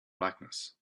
blackness